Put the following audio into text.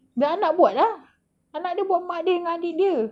the anak buat lah anak dia buat mak dia dengan adik dia